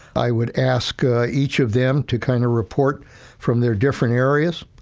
i would ask ah each of them to kind of report from their different areas.